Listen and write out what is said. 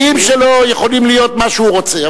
המניעים שלו יכולים להיות מה שהוא רוצה,